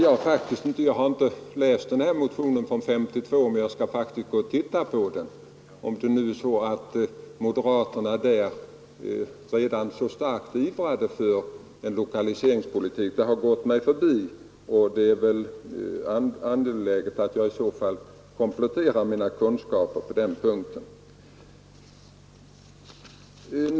Jag har inte läst motionen från 1952, men jag skall faktiskt titta på den. Om det nu är så att moderaterna redan då så starkt ivrade för en lokaliseringspolitik, så har det gått mig förbi, och det är angeläget att jag i så fall kompletterar mina kunskaper på den punkten.